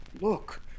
Look